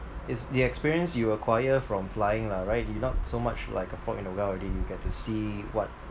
it's the experience you acquire from flying lah right you not so much like a frog in a well already you get to see what